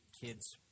kids